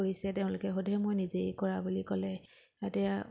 কৰিছে তেওঁলোকে সুধে মই নিজেই কৰা বুলি ক'লে এতিয়া